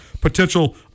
potential